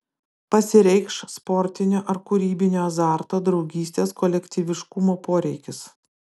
pasireikš sportinio ar kūrybinio azarto draugystės kolektyviškumo poreikis